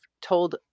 told